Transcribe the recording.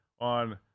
on